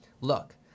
Look